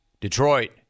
Detroit